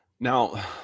now